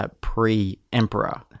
pre-emperor